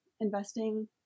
Investing